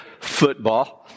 football